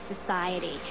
society